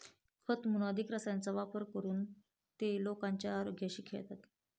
खत म्हणून अधिक रसायनांचा वापर करून ते लोकांच्या आरोग्याशी खेळतात